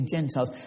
Gentiles